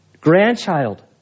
grandchild